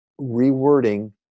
rewording